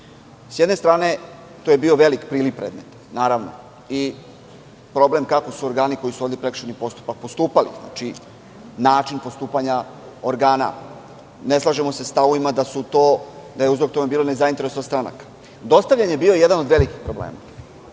S jedne strane, to je bio veliki priliv predmeta, naravno, i problem kako su organi koji su vodili prekršajni postupak postupali, znači, način postupanja organa. Ne slažemo se sa stavovima da je uzrok tome bila nezainteresovanost stranaka. Dostavljanje je bilo jedan od velikih problema,